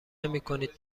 نمیکنید